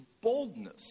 boldness